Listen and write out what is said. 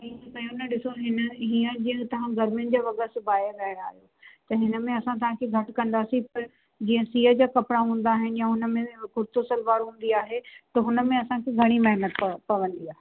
हीअं हिन ॾींसो हीअं जीअं तव्हां गर्मियुनि जा वॻा सिबाया बरहाल त हिन में असां तव्हांखे घटि कंदासीं पर जीअं सीअ जा कपड़ा हूंदा आहिन या हुन में कुर्तो सलवार हूंदी आहे त हुन में असांखे घणी महिनत पव पवंदी आहे